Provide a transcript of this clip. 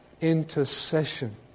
intercession